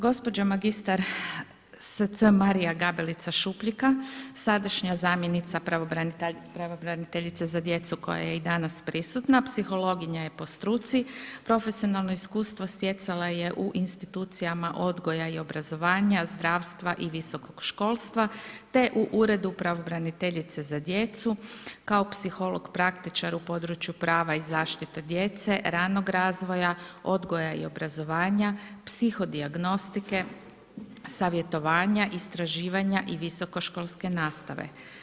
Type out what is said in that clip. Gospođa magistar sc. Marija Gabelica Šupljika sadašnja zamjenica pravobraniteljice za djecu koja je i danas prisutna, psihologinja je po struci, profesionalno iskustvo stjecala je u institucijama odgoja i obrazovanja, zdravstva i visokog školstva te u Uredu pravobraniteljice za djecu kao psiholog praktičar u području prava i zaštite djece, ranog razvoja, odgoja i obrazovanja, psiho dijagnostike, savjetovanja, istraživanja i visokoškolske nastave.